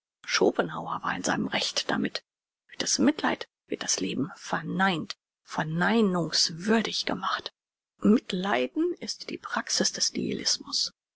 schopenhauer war in seinem recht damit durch das mitleid wird das leben verneint verneinungswürdiger gemacht mitleiden ist die praxis des